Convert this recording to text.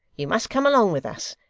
you must come along with us,